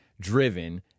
driven